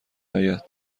آید